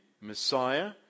Messiah